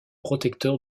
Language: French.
protecteur